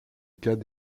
cas